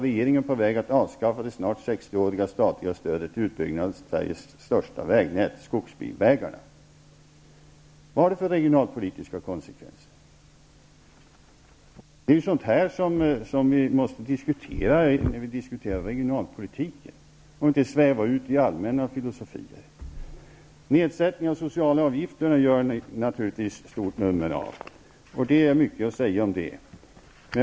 Regeringen är på väg att avskaffa det snart sextioåriga statliga stödet till utbyggnad av Sveriges största vägnät, dvs. skogsbilvägarna. Vad får det för regionalpolitiska konsekvenser? Det är detta vi måste diskutera när vi diskuterar regionalpolitiken och inte sväva ut i allmänna filosofier. Ni gör naturligtvis ett stort nummer av nedsättningen av de sociala avgifterna. De finns mycket att säga om det.